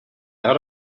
out